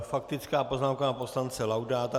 Faktická poznámka pana poslance Laudáta.